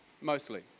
Mostly